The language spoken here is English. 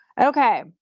Okay